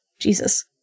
Jesus